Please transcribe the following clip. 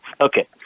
Okay